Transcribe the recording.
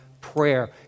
prayer